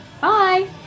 Bye